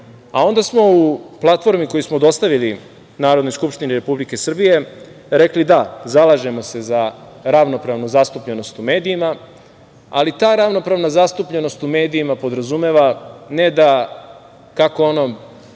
a onda smo u platformi koju smo dostavili Narodnoj skupštini Republike Srbije rekli – da, zalažemo se za ravnopravnu zastupljenost u medijima, ali ta ravnopravna zastupljenost u medijima podrazumeva ne da, kako ono